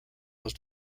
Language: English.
was